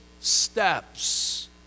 steps